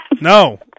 No